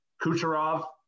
Kucherov